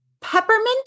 Peppermint